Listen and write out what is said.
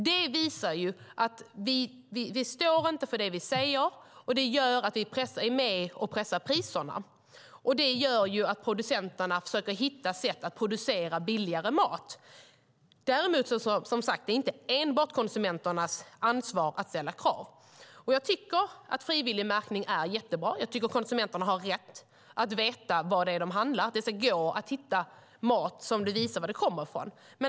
Detta visar att vi inte står för det vi säger, och det gör att vi är med och pressar priserna, vilket gör att producenterna försöker hitta sätt att producera billigare mat. Däremot är det som sagt inte enbart konsumenternas ansvar att ställa krav. Jag tycker att frivillig märkning är jättebra. Jag tycker att konsumenterna har rätt att veta vad det är de handlar. Det ska gå att hitta mat som man vet var den kommer ifrån.